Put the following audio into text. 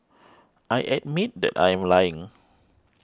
I admit that I am lying